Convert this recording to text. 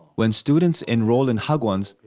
when students enroll in hagwons,